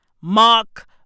Mark